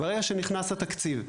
ברגע שנכנס התקציב.